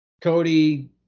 Cody